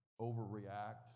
overreact